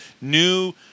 new